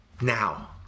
now